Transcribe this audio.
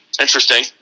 Interesting